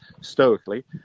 stoically